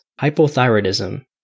hypothyroidism